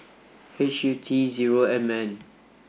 H U T zero M N